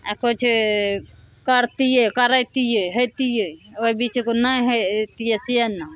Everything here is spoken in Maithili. आ किछु करतियै करैतियै हैतियै ओहिबीच एगो नहि हैतियै से नहि